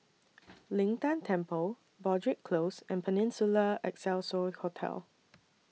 Lin Tan Temple Broadrick Close and Peninsula Excelsior Hotel